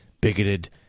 bigoted